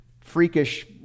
freakish